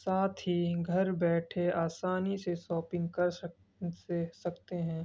ساتھ ہی گھر بیٹھے آسانی سے ساپنگ کر سکتے ہیں